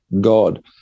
God